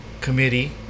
committee